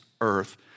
earth